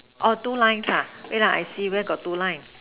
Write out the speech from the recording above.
oh two lines ah wait ah I see where got two line